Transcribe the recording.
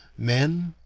men,